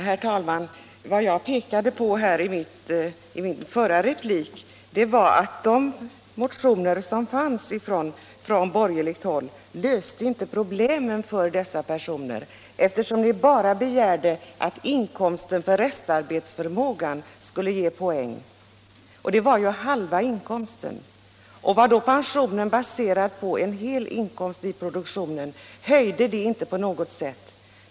Herr talman! Vad jag pekade på i min förra replik var att de tidigare motionerna från borgerligt håll inte löste problemen för dessa personer. Man begärde nämligen bara att inkomsten från restarbetsförmågan skulle ge poäng, och det var ju halva inkomsten. Var då pensionen baserad på en hel inkomst i produktionen höjde den inte på något sätt pensionspoängen.